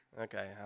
Okay